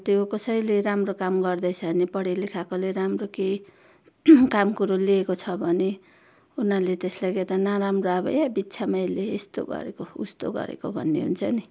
त्यो कसैले राम्रो काम गर्दैछ भने पढे लेखेकोले राम्रो केही काम कुरो लिएको छ भने उनीहरूले त्यसलाई क्या त नराम्रो ए बित्थामा यसले यस्तो गरेको उस्तो गरेको भन्ने हुन्छ नि